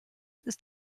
ist